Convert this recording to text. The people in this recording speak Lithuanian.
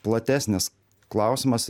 platesnis klausimas